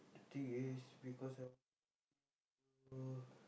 the thing is because I working night shift so